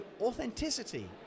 authenticity